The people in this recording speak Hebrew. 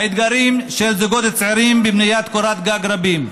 האתגרים של הזוגות הצעירים בבניית קורת גג רבים,